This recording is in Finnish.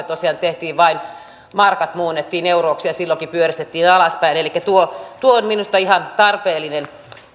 tosiaan vain se että markat muunnettiin euroiksi ja silloinkin pyöristettiin alaspäin elikkä tuo tuo on minusta ihan tarpeellinen